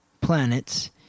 planets